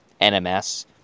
NMS